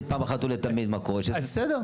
פעם אחת ולתמיד מה קורה שיהיה קצת סדר.